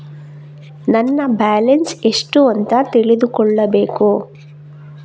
ನನ್ನ ಬ್ಯಾಲೆನ್ಸ್ ಎಷ್ಟು ಅಂತ ತಿಳಿದುಕೊಳ್ಳಬೇಕು?